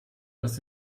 aus